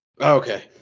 Okay